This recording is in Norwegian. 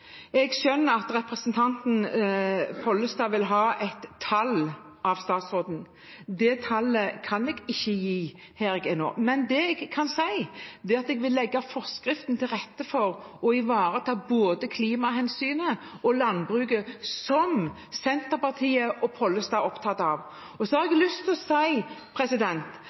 Jeg skjønner at representanten Pollestad vil ha et tall av statsråden. Det tallet kan jeg ikke gi her jeg er nå. Men det jeg kan si, er at jeg i forskriften vil legge til rette for å ivareta både klimahensynet og landbruket, som Senterpartiet og Pollestad er opptatt av. Så har jeg lyst til å